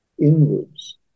Inwards